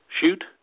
shoot